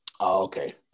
Okay